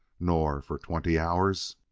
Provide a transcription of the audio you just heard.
nor, for twenty hours,